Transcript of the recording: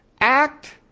act